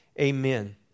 amen